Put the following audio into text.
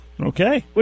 Okay